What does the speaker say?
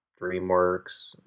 DreamWorks